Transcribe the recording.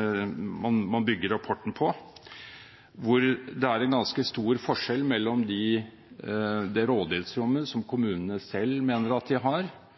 man bygger rapporten på, hvor det er en ganske stor forskjell mellom det rådighetsrommet som kommunene selv mener at de har, og de virkemidlene som